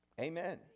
Amen